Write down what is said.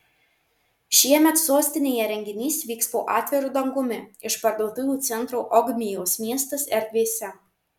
šiemet sostinėje renginys vyks po atviru dangumi išparduotuvių centro ogmios miestas erdvėse